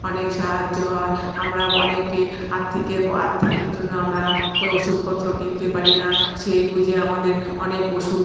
অনেক সাহায্য হয় আমরা অনেকে আর্থিকের আর্থিকের জন্য আমরা ওষুধপত্র কিনতে পারি না সেই বুঝে আমাদের অনেক ওষু্ধ